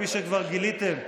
כפי שכבר גיליתם,